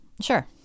Sure